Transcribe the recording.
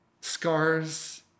Scars